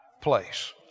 place